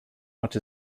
much